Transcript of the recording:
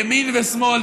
ימין ושמאל,